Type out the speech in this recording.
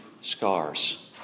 scars